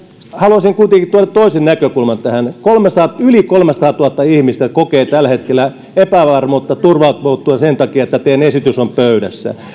haluaisin kuitenkin tuoda toisen näkökulman tähän yli kolmesataatuhatta ihmistä kokee tällä hetkellä epävarmuutta turvattomuutta sen takia että teidän esityksenne on pöydässä